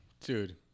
Dude